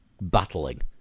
battling